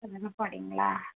வதனபாடிங்களா